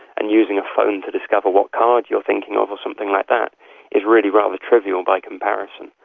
and using a phone to discover what card you're thinking of or something like that is really rather trivial by comparison.